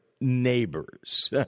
neighbors